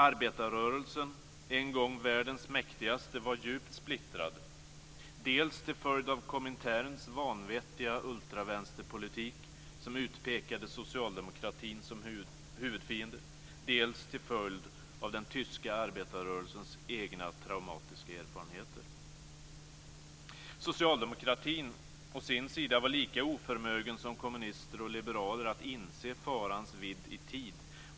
Arbetarrörelsen, en gång världens mäktigaste, var djupt splittrad dels till följd av Kominterns vanvettiga ultravänsterpolitik som utpekade socialdemokratin som huvudfiende, dels till följd av den tyska arbetarrörelsens egna traumatiska erfarenheter. Socialdemokratin å sin sida var lika oförmögen som kommunister och liberaler att inse farans vidd i tid.